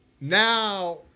now